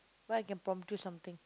right I can prompt you something